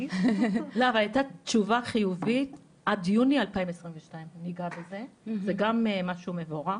והיתה תשובה חיובית עד יוני 2022. זה גם משהו מבורך.